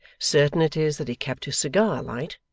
certain it is that he kept his cigar alight,